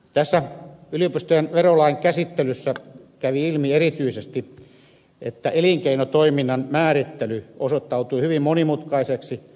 tässä yliopistojen verolain käsittelyssä kävi ilmi erityisesti että elinkeinotoiminnan määrittely osoittautui hyvin monimutkaiseksi